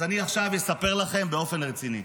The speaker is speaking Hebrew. אז אני עכשיו אספר לכם באופן רציני: